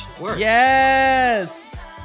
Yes